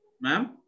Ma'am